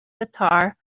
guitar